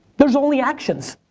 there's only actions.